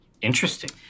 Interesting